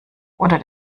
oder